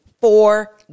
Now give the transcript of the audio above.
four